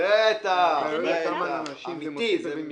ואומר זה לא שולם עד עכשיו כי האדם נפטר.